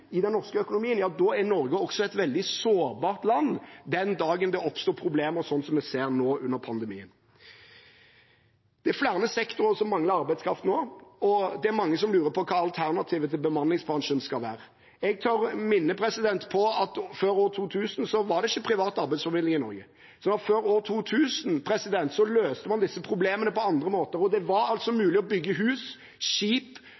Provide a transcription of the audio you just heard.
vi ser nå, under pandemien. Det er flere sektorer som mangler arbeidskraft nå, og det er mange som lurer på hva alternativet til bemanningsbransjen skal være. Jeg tør minne om at det før år 2000 ikke var privat arbeidsformidling i Norge. Før år 2000 løste man disse problemene på andre måter, og det var